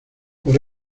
por